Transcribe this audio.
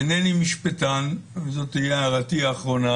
אינני משפטן וזאת תהיה הערתי האחרונה